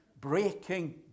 breaking